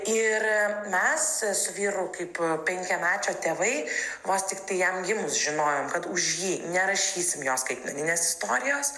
ir mes su vyru kaip penkiamečio tėvai vos tiktai jam gimus žinojom kad už jį nerašysim jo skaitmeninės istorijos